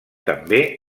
també